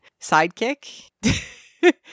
sidekick